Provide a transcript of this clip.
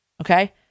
okay